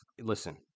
Listen